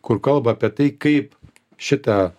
kur kalba apie tai kaip šitą